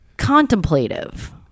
Contemplative